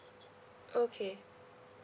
okay